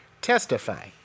testify